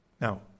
Now